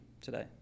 today